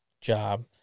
job